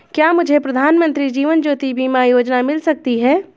क्या मुझे प्रधानमंत्री जीवन ज्योति बीमा योजना मिल सकती है?